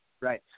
Right